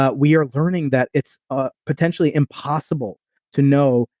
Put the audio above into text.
ah we are learning that it's ah potentially impossible to know,